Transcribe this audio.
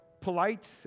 polite